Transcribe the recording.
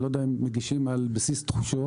אני לא ידוע אם מגישים על בסיס תחושות